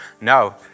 No